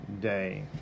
day